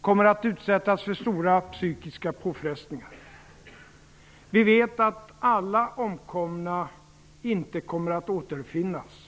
kommer att utsättas för stora psykiska påfrestningar. Vi vet att alla omkomna inte kommer att återfinnas.